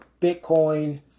Bitcoin